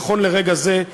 נכון לרגע זה,